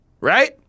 Right